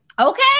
Okay